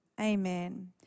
Amen